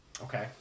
Okay